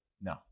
No